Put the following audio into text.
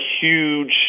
huge